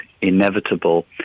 inevitable